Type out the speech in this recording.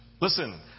Listen